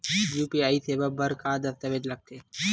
UPI सेवा बर का का दस्तावेज लगथे?